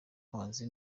umuhanzi